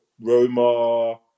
Roma